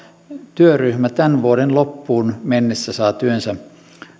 työryhmä tämän vuoden loppuun mennessä saa työnsä